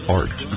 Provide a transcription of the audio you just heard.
art